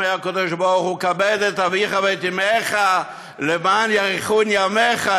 אומר הקדוש-ברוך-הוא: כבד את אביך ואת אמך למען יאריכון ימיך,